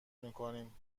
میکنیم